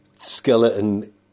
skeleton